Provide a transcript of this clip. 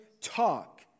talk